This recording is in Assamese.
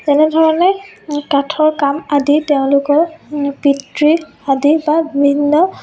তেনেধৰণে কাঠৰ কাম আদি তেওঁলোকৰ পিতৃ আদি বা বিভিন্ন